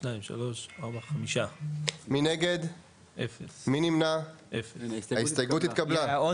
הצבעה בעד, 5 נגד, 0 נמנעים, 0 ההסתייגות התקבלה.